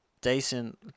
decent